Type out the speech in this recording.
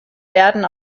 werden